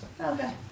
Okay